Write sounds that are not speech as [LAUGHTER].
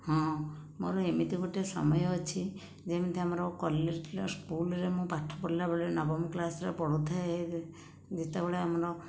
ହଁ ମୋର ଏମିତି ଗୋଟିଏ ସମୟ ଅଛି ଯେମିତି ଆମର [UNINTELLIGIBLE] ସ୍କୁଲରେ ମୁଁ ପାଠ ପଢ଼ିଲା ବେଳେ ନବମ କ୍ଲାସରେ ପଢ଼ୁଥାଏ ଯେତେବେଳେ ଆମର